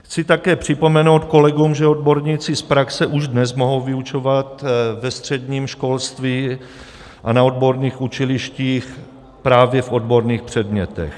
Chci také připomenout kolegům, že odborníci z praxe už dnes mohou vyučovat ve středním školství a na odborných učilištích právě v odborných předmětech.